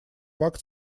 факт